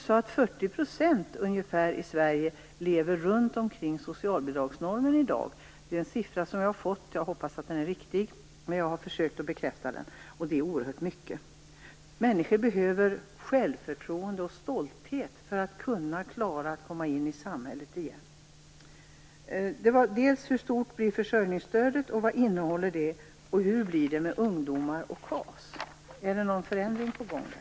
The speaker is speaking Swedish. Ungefär 40 % i Sverige lever i dag på en nivå som ligger runt socialbidragsnormen - en siffra som jag har fått som jag hoppas är riktig, och jag har försökt att få den bekräftad. Det är oerhört många. Människor behöver självförtroende och stolthet för att klara att komma in i samhället igen. Hur stort blir försörjningsstödet, vad innehåller det och hur blir det med ungdomar och KAS? Är det någon förändring på gång här?